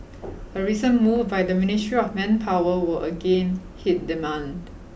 a recent move by the Ministry of Manpower will again hit demand